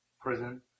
prison